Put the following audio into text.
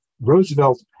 Roosevelt